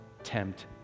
tempt